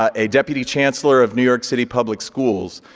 ah a deputy chancellor of new york city public schools.